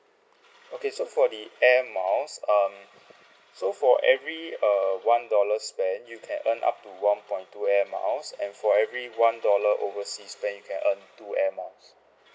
okay so for the Air Miles um so for every uh one dollar spend you can earn up to one point two Air Miles and for every one dollar overseas spend you can earn two Air Miles